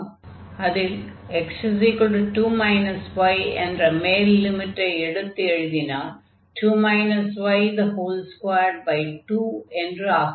அதில் x2 y என்ற மேல் லிமிட்டை எடுத்து எழுதினால் 22 என்று ஆகும்